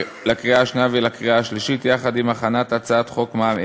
ולקריאה השלישית, יחד עם הכנת הצעת חוק מע"מ אפס.